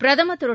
பிரதமர் திரு